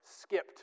skipped